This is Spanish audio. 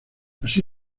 así